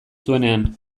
zuenean